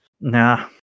Nah